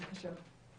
בבקשה.